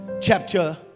chapter